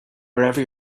wherever